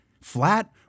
Flat